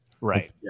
Right